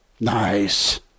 Nice